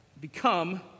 become